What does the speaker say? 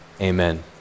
amen